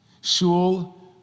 Shul